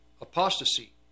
apostasy